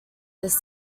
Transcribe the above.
this